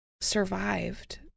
survived